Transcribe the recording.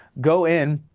go in,